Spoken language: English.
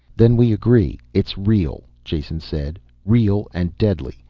then we agree it's real, jason said. real and deadly,